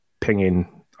pinging